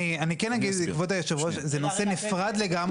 אני אסביר.